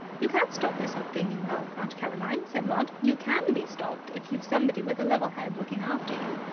you can't stop yourself being in love, aunt caroline, said maud. you can be stopped if you've somebody with a level head looking after you.